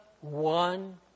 one